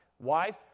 Wife